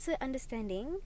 understanding